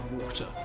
water